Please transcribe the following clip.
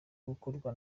gukorwa